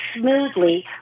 smoothly